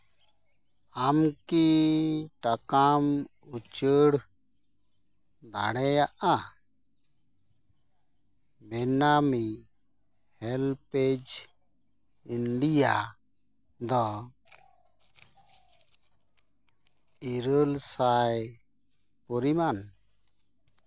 ᱟᱢ ᱠᱤ ᱴᱟᱠᱟᱢ ᱩᱪᱟᱹᱲ ᱫᱟᱲᱮᱭᱟᱜᱼᱟ ᱢᱮᱱᱟᱢᱤ ᱦᱮᱞᱯ ᱯᱮᱡ ᱤᱱᱰᱤᱭᱟ ᱫᱚ ᱤᱨᱟᱹᱞ ᱥᱟᱭ ᱯᱚᱨᱤᱢᱟᱱ